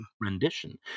rendition